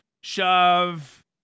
shove